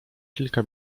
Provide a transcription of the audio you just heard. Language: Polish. kilka